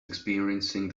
experiencing